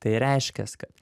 tai reiškia kad